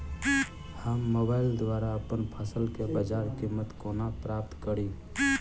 हम मोबाइल द्वारा अप्पन फसल केँ बजार कीमत कोना प्राप्त कड़ी?